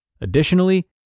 Additionally